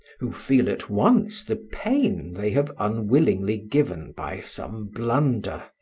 who feel at once the pain they have unwillingly given by some blunder.